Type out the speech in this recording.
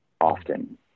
often